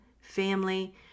family